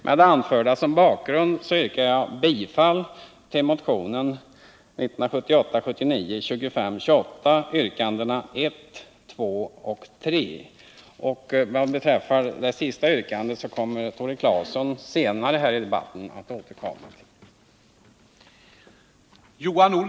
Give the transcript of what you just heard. Med det anförda som bakgrund yrkar jag bifall till motionen 1978/79:2528, yrkandena 1, 2 och 3.- Det sista yrkandet kommer Tore Claeson senare i debatten att återkomma till.